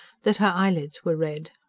that her eyelids were red.